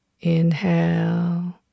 Inhale